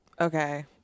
Okay